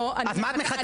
אז למה את מחכה?